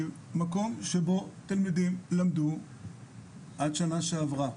היא מקום שבו תלמידים למדו עד שנה שעברה.